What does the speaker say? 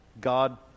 God